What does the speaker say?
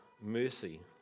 mercy